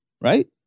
right